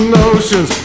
notions